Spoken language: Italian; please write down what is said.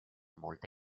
molte